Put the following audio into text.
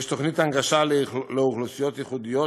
יש תוכנית הנגשה לאוכלוסיות ייחודיות,